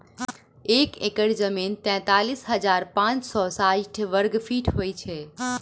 एक एकड़ जमीन तैँतालिस हजार पाँच सौ साठि वर्गफीट होइ छै